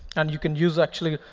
and you can use, actually,